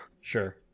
Sure